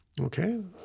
okay